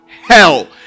hell